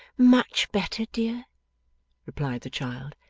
much better, dear replied the child.